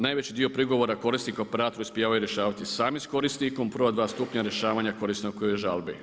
Najveći dio prigovora korisnika operatori uspijevaju rješavati sami s korisnikom, u prva dva stupnja rješavanja korisnikove žalbe.